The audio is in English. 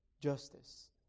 justice